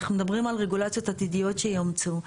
אנחנו מדברים על רגולציות עתידיות שיאומצו.